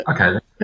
okay